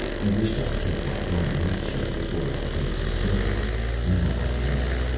i wished i'd kept my darned mouth shut before i'd been suspecting it now i knew.